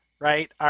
right